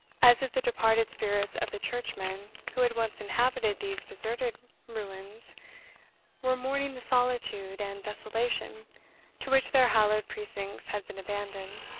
as if the departed spirits of the churchmen who had once inhabited these deserted ruins were mourning the solitude and desolation to which their hallowed precincts had been abandoned.